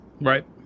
Right